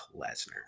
Lesnar